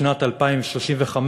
בשנת 2035,